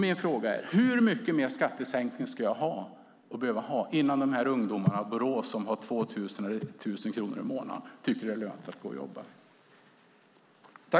Min fråga är: Hur mycket mer i skattesänkning ska jag behöva ha innan dessa ungdomar i Borås, som har 2 000 eller 1 000 kronor i månaden, tycker att det är lönt att gå och jobba?